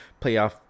playoff